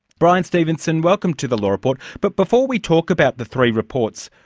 bryan stevenson, welcome to the law report. but before we talk about the three reports,